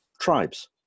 tribes